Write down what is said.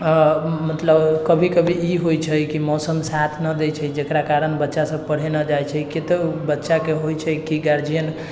मतलब कभी कभी ई होइ छै कि मौसम साथ नहि दै छै जकरा कारण बच्चासब पढ़ै नहि जाइ छै कतेक बच्चाके होइ छै कि गार्जियन